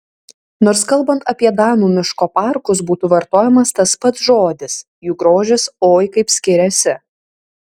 nors kalbant apie danų miško parkus būtų vartojamas tas pats žodis jų grožis oi kaip skiriasi